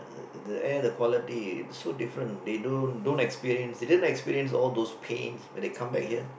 uh the air the quality so different they don't don't experience didn't experience those pains when they come back here